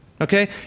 okay